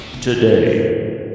today